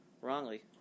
wrongly